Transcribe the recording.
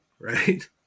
right